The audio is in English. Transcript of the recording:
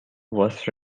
was